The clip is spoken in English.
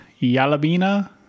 Yalabina